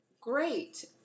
great